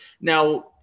now